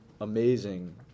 amazing